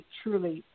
truly